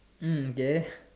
mm okay